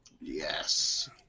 Yes